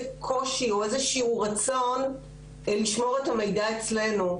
קושי או איזה שהוא רצון לשמור את המידע אצלנו.